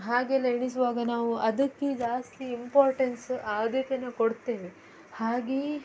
ಹಾಗೆಲ್ಲ ಎಣಿಸುವಾಗ ನಾವು ಅದಕ್ಕೆ ಜಾಸ್ತಿ ಇಂಪಾರ್ಟೆಂಟ್ಸ ಆದ್ಯತೆಯನ್ನು ಕೊಡ್ತೇವೆ ಹಾಗೆಯೇ